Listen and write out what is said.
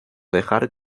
dejar